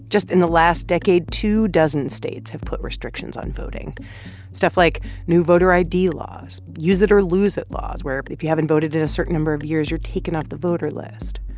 just in the last decade, two dozen states have put restrictions on voting stuff like new voter id laws, use it or lose it laws where but if you haven't voted in a certain number of years, you're taken off the voter list,